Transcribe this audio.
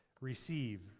receive